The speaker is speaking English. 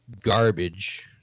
garbage